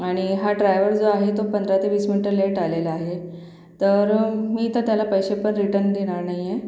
आणि हा ड्रायवर जो आहे तो पंधरा ते वीस मिनटं लेट आलेला आहे तर मी तर त्याला पैसे पण रिटन देणार नाही आहे